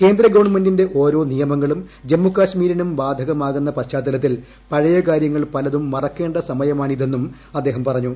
കേന്ദ്ര ഗവൺമെന്റിന്റ ഓരോ നിയ്മങ്ങളും ജമ്മു കാശ്മീരിനും ബാധകമാകുന്ന പശ്ചാത്തലത്തിൽ പഴയകാര്യങ്ങൾ പലതും മറക്കേണ്ട സമയമാണിതെന്നും അദ്ദേഹം പറഞ്ഞു